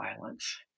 violence